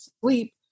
sleep